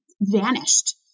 vanished